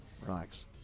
Relax